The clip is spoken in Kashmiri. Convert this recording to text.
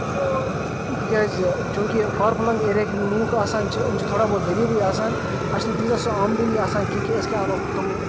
تِکیازِ چوٗنکہِ فارفٔلنگ ایریاہٕکۍ یِم لوٗکھ آسان چھِ یِم چھِ تھوڑا بہت غریٖبے آسان اَسہِ چھِنہٕ تیٖژہ سۄ آمدنی آسان کیٚنٛہہ کہِ أسۍ کیاہ اَنو تٔمۍ